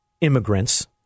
immigrants